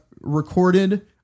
recorded